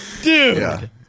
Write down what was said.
Dude